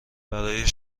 برای